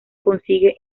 consigue